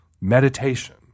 meditation